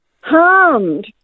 harmed